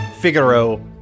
Figaro